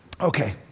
Okay